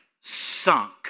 sunk